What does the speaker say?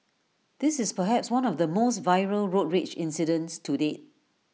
this is perhaps one of the most viral road rage incidents to date